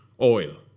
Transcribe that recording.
oil